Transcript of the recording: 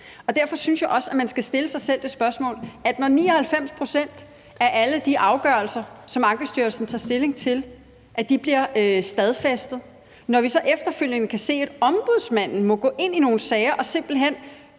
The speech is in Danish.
Derfor synes jeg også, at man skal stille sig selv det her spørgsmål: Når 99 pct. af alle de afgørelser, som Ankestyrelsen tager stilling til, bliver stadfæstet og vi efterfølgende kan se, at Ombudsmanden må gå ind i nogle sager og simpelt hen